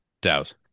Dows